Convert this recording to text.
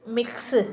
mix